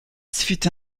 fut